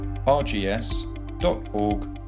rgs.org